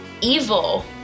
evil